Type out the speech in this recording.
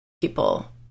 people